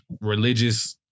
religious